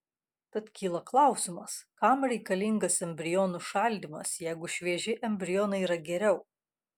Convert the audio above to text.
tad kyla klausimas kam reikalingas embrionų šaldymas jeigu švieži embrionai yra geriau